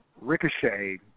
Ricochet